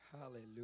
Hallelujah